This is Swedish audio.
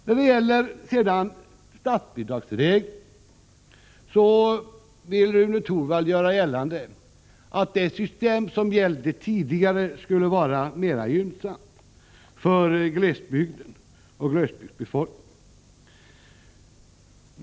När det gäller statsbidragsreglerna vill Rune Torwald göra gällande att det system som tidigare gällde skulle vara mera gynnsamt för glesbygden och glesbygdsbefolkningen.